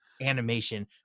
animation